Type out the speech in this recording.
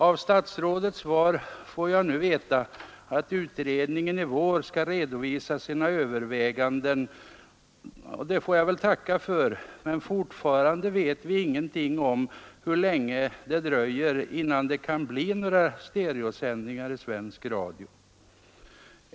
I statsrådets svar får jag nu veta att utredningen i vår skall redovisa sina överväganden, och det får jag väl tacka för. Men fortfarande vet vi ingenting om hur länge det dröjer innan det kan bli några stereosändningar i svensk radio.